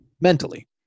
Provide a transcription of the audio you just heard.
mentally